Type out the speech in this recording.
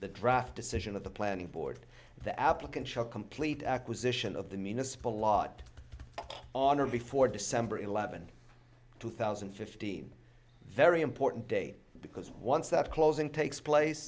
the draft decision of the planning board the applicant shall complete acquisition of the municipal lot on or before december eleventh two thousand and fifteen very important day because once that closing takes place